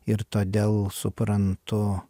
ir todėl suprantu